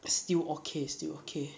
still or case still okay